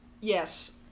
Yes